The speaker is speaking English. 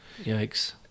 Yikes